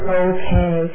okay